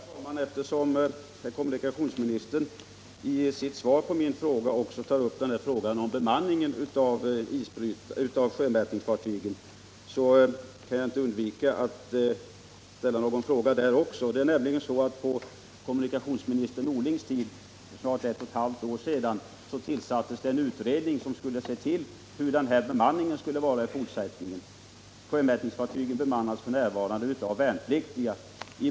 Herr talman! Eftersom kommunikationsministern i svaret även tar upp bemanningen av sjömätningsfartygen kan jag inte underlåta att ställa en fråga i det avseendet också. På kommunikationsminister Norlings tid — det är snart ett och ett halvt år sedan — tillsattes nämligen en utredning som skulle lägga fram förslag om hur denna bemanning skulle vara i fortsättningen. Sjömätningsfartygen bemannas f. n. av värnpliktiga.